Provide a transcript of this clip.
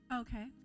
Okay